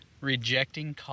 rejecting